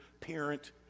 parent